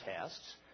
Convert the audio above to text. tests